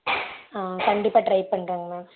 ஆ கண்டிப்பாக ட்ரை பண்ணுறோங்க மேம்